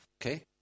Okay